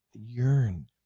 yearn